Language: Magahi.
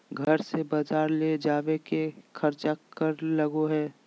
घर से बजार ले जावे के खर्चा कर लगो है?